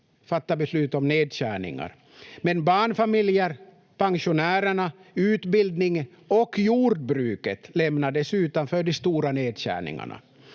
att fatta beslut om nedskärningar, men barnfamiljer, pensionärerna, utbildning och jordbruket lämnades utanför de stora nedskärningarna.